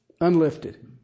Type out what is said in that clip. Unlifted